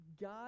God